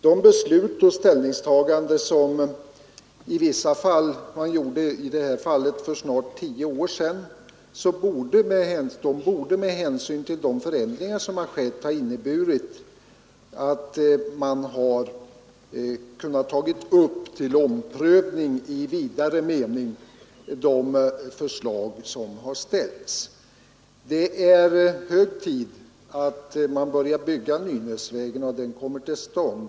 De beslut och ställningstaganden som i vissa fall gjordes för snart tio år sedan borde med hänsyn till de förändringar som skett ha inneburit att man kunnat ta upp till omprövning i vidare mening de förslag som har ställts. Det är hög tid att man börjar bygga Nynäsvägen så att den kommer till stånd.